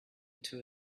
into